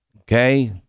okay